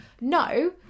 no